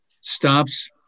Stops